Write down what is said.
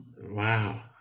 Wow